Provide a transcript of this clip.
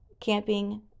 camping